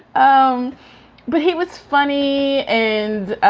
um but he was funny and